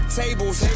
tables